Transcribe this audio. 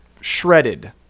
shredded